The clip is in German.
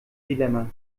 dilemma